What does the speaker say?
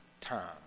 time